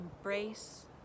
embrace